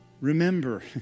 Remember